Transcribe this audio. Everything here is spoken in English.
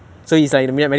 orh